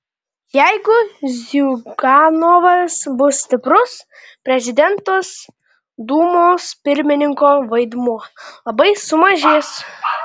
jeigu ziuganovas bus stiprus prezidentas dūmos pirmininko vaidmuo labai sumažės